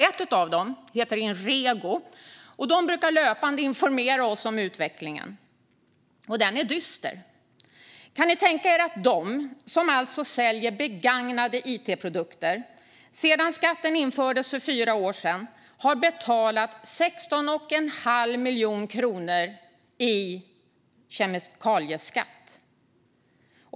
Ett av dem heter Inrego. De brukar löpande informera oss om utvecklingen, och den är dyster. Kan ni tänka er att de som alltså säljer begagnade it-produkter sedan skatten infördes för fyra år sedan har betalat 16 1⁄2 miljon kronor i kemikalieskatt.